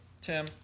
Tim